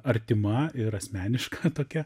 artima ir asmeniška tokia